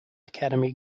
academy